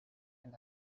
and